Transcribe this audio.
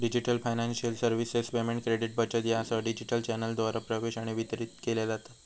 digital financial services payment, credit, बचत यासह digital चॅनेलद्वारा प्रवेश आणि वितरित केल्या जातत